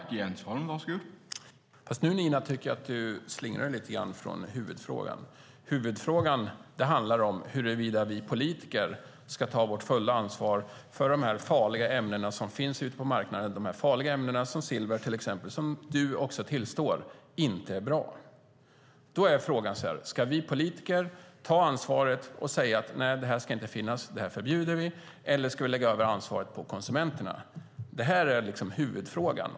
Herr talman! Nu, Nina, tycker jag att du kommer bort från huvudfrågan. Huvudfrågan är om vi politiker ska ta vårt fulla ansvar för de farliga ämnen som finns på marknaden, som till exempel silver som du också tillstår inte är bra. Ska vi politiker ta ansvaret och säga: Det här ska inte finnas; det förbjuder vi? Eller ska vi lägga över ansvaret på konsumenterna? Det är huvudfrågan.